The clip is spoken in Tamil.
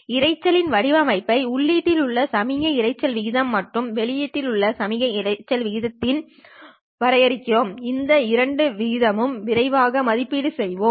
இரைச்சலின் வடிவமை உள்ளீட்டில் உள்ள சமிக்கை இரைச்சல் விகிதம் மற்றும் வெளியீட்டில் உள்ள சமிக்கை இரைச்சல் விகிதமின் விகிதம் ஆக வரையறுக்கிறோம் இந்த இரண்டு விதிமுறைகளையும் விரைவாக மதிப்பீடு செய்வோம்